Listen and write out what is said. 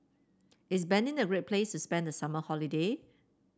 is Benin a great place to spend the summer holiday